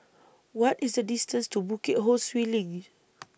What IS The distance to Bukit Ho Swee LINK